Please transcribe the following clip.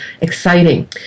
exciting